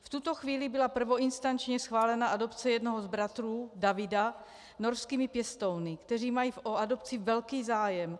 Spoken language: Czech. V tuto chvíli byla prvoinstančně schválena adopce jednoho z bratrů, Davida, norskými pěstouny, kteří mají o adopci velký zájem.